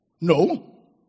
No